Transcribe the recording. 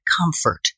comfort